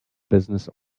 business